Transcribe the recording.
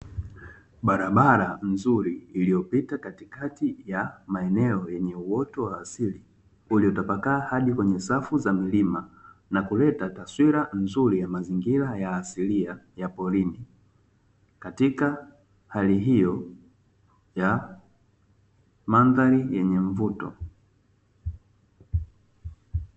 Barabara nzuri iliyopita katikati ya maeneo yenye uoto wa asili uliotapakaa hadi kweye safu za milima na kuleta taswira nzuri ya mazingira ya asilia ya porini katika hali hiyo ya mandhari yenye mvuto.